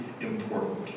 important